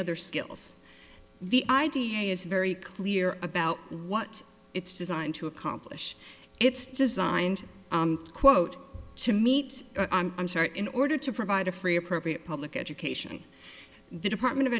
other skills the idea is very clear about what it's designed to accomplish it's designed quote to meet i'm sure in order to provide a free appropriate public education the department of